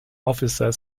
officer